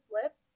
slipped